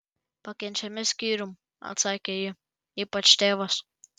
pakenčiami skyrium atsakė ji ypač tėvas